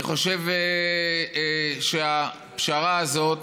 אני חושב שהפשרה הזאת,